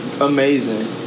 amazing